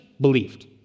believed